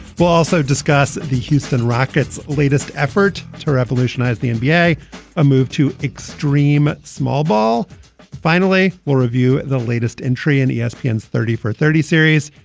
we'll also discuss the houston rockets latest effort to revolutionize the nba, a ah move to extreme small ball finally, we'll review the latest entry. and yeah espn and thirty for thirty series,